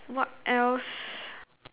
what else